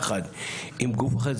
יחד עם גוף אחר,